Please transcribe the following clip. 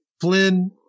Flynn